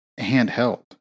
handheld